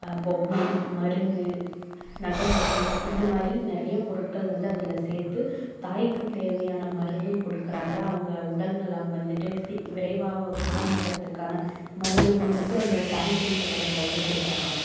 பொம்மை மருந்து நகம் வெட்டி இந்த மாதிரி நிறைய பொருட்கள் வந்து அதில் சேர்த்து தாய்க்கும் தேவையான மருந்தும் கொடுக்குறாங்க அவங்க உடல் நலம் வந்துட்டு சி விரைவாக குணம் ஆகிறத்துக்கான மருந்தும் வந்துட்டு அந்த தாய் சேய் பெட்டகத்தில் வந்து கொடுக்குறாங்க